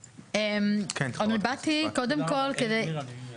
זה תהליך שעוברים אזרחי מדינת ישראל.